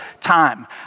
time